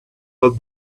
but